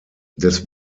des